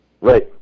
Right